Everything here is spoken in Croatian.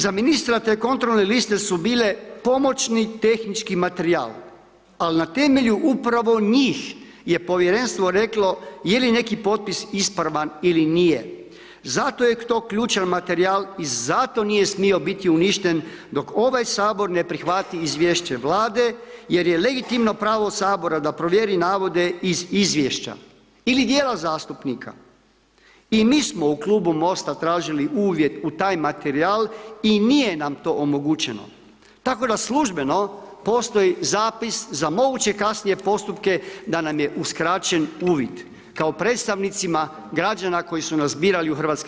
Za ministra te kontrolne liste su bile pomoćni tehnički materijal, al na temelju upravo njih je povjerenstvo reklo je li neki potpis ispravan ili nije, zato je to ključan materijal i zato nije smio biti uništen, dok ovaj HS ne prihvati izvješće Vlade jer je legitimno pravo HS da provjeri navode iz izvješća ili dijela zastupnika i mi smo u Klubu MOST-a tražili uvijek u taj materijal i nije nam to omogućeno, tako da službeno postoji zapis za moguće kasnije postupke da nam je uskraćen uvid kao predstavnicima građana koji su nas birali u HS.